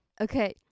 Okay